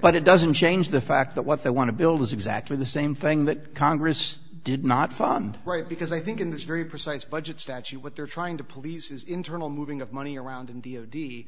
but it doesn't change the fact that what they want to build is exactly the same thing that congress did not fund right because i think in this very precise budget statute what they're trying to police is internal moving of money around